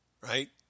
Right